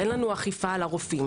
אין לנו אכיפה על הרופאים.